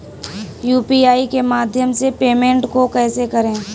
UPI के माध्यम से पेमेंट को कैसे करें?